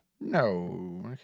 No